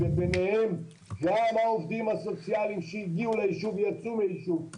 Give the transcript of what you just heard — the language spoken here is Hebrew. ביניהם גם העובדים הסוציאליים שהגיעו ליישוב יצאו מהיישוב עם ליווי,